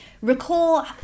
Recall